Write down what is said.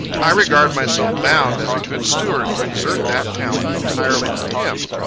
i regard myself bound as a good steward to exert that talent entirely for him.